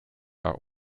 are